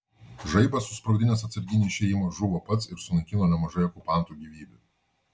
žaibas susprogdinęs atsarginį išėjimą žuvo pats ir sunaikino nemažai okupantų gyvybių